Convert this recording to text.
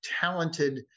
talented